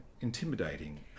intimidating